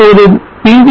இப்பொழுது pv